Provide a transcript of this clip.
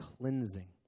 cleansing